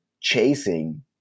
chasing